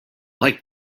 like